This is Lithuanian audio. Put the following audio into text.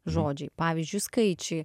žodžiai pavyzdžiui skaičiai